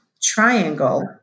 triangle